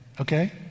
okay